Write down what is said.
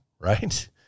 right